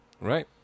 Right